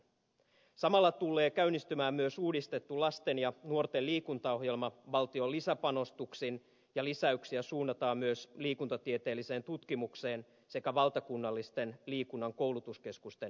samalla tulee käynnistymään myös uudistettu lasten ja nuorten liikuntaohjelma valtion lisäpanostuksin ja lisäyksiä suunnataan myös liikuntatieteelliseen tutkimukseen sekä valtakunnallisten liikunnan koulutuskeskusten toimintaan